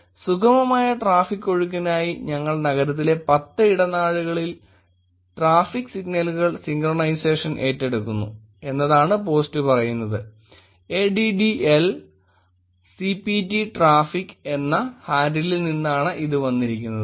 'സുഗമമായ ട്രാഫിക് ഒഴുക്കിനായി ഞങ്ങൾ നഗരത്തിലെ 10 ഇടനാഴികളിൽ ട്രാഫിക് സിഗ്നലുകൾ സിൻക്രൊണൈസേഷൻ ഏറ്റെടുക്കുന്നു' എന്നാണ് പോസ്റ്റ് പറയുന്നത് AddICPTraffic എന്ന ഹാൻഡിലിൽ നിന്നാണ് ഇത് വന്നിരിക്കുന്നത്